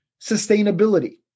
sustainability